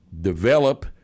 develop